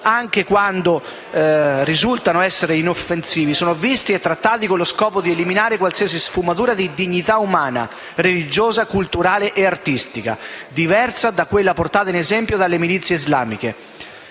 anche quando risultano essere inoffensivi, sono visti e trattati con lo scopo di eliminare qualsiasi sfumatura di dignità umana, religiosa, culturale e artistica diversa da quella portata in esempio dalle milizie islamiche.